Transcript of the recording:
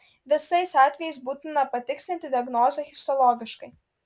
visais atvejais būtina patikslinti diagnozę histologiškai